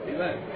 Amen